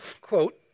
quote